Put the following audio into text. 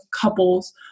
couples